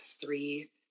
three